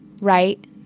right